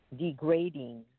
degrading